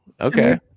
okay